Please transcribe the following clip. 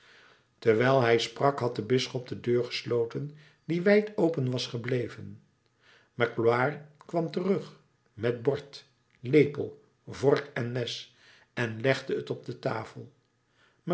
terwijl hij sprak had de bisschop de deur gesloten die wijd open was gebleven magloire kwam terug met bord lepel vork en mes en legde t op de tafel